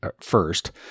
first